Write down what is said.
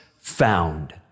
found